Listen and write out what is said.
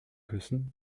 küssen